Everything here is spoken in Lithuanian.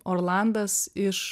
orlandas iš